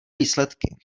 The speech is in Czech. výsledky